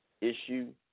issue